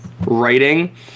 writing